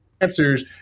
answers